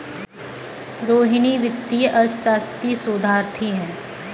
रोहिणी वित्तीय अर्थशास्त्र की शोधार्थी है